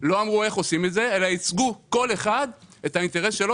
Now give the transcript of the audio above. לא אמרו איך עושים את זה אלא ייצגו כל אחד את האינטרס שלו,